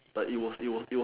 it was it was bad